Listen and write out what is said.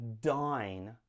dine